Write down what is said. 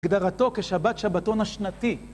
הגדרתו כשבת שבתון השנתי